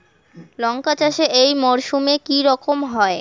লঙ্কা চাষ এই মরসুমে কি রকম হয়?